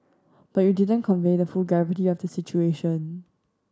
but you didn't convey the full gravity of the situation